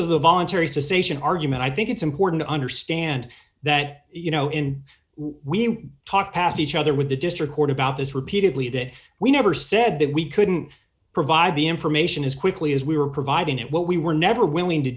of the voluntary suspicion argument i think it's important to understand that you know in we talk past each other with the district court about this repeatedly that we never said that we couldn't provide the information as quickly as we were providing it what we were never willing to